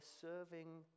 serving